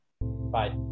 Bye